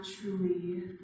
truly